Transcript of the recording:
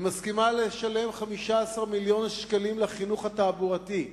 היא מסכימה לשלם 15 מיליון שקלים לחינוך תעבורתי.